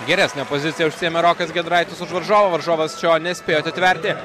geresnę poziciją užsiėmė rokas giedraitis už varžovą varžovas šio nespėjo atitverti